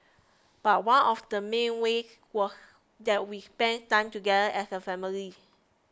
but one of the main ways was that we spent time together as a family